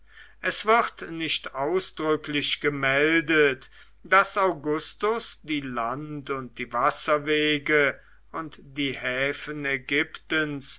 es wird nicht ausdrücklich gemeldet daß augustus die land und die wasserwege und die häfen